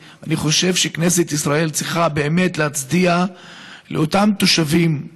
אני חושב שכנסת ישראל צריכה להצדיע לאותם תושבים,